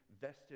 vested